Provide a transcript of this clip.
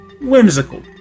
Whimsical